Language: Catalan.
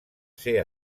ser